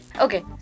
okay